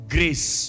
Grace